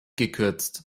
gekürzt